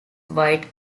white